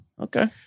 Okay